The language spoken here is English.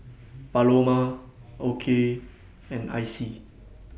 Paloma Okey and Icy